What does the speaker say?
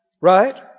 Right